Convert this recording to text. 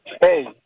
Hey